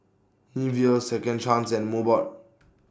Nivea Second Chance and Mobot